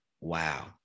Wow